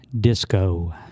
Disco